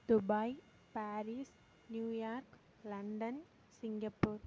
Dubai Paris New York London Singapore